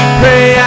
pray